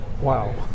wow